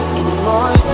anymore